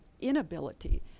inability